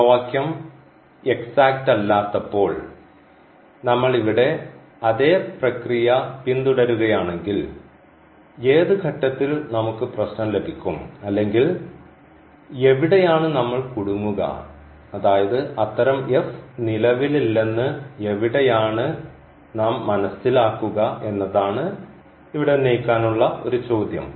സമവാക്യം എക്സസാറ്റല്ലാത്തപ്പോൾ നമ്മൾ ഇവിടെ അതേ പ്രക്രിയ പിന്തുടരുകയാണെങ്കിൽ ഏത് ഘട്ടത്തിൽ നമുക്ക് പ്രശ്നം ലഭിക്കും അല്ലെങ്കിൽ എവിടെയാണ് നമ്മൾ കുടുങ്ങുക അതായത് അത്തരം എഫ് നിലവിലില്ലെന്ന് എവിടെയാണ് നാം മനസ്സിലാക്കുക എന്നതാണ് ഇവിടെ ഉന്നയിക്കാനുള്ള ഒരു ചോദ്യം